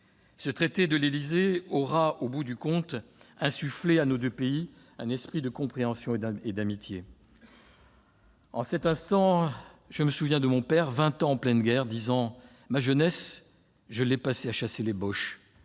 Ce traité de l'Élysée aura, au bout du compte, insufflé à nos deux pays un esprit de compréhension et d'amitié. En cet instant, je me souviens de mon père, qui eut 20 ans en pleine guerre, disant :« Ma jeunesse, je l'ai passée à chasser les Boches ;